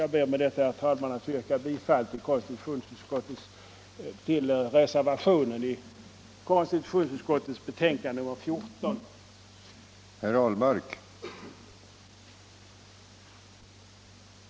Jag ber med detta att få yrka bifall till den vid konstitutionsutskottets betänkande nr 14 fogade reservationen.